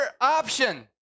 option